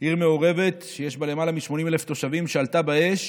עיר מעורבת שיש בה למעלה מ-80,000 תושבים שעלתה באש,